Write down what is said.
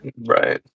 Right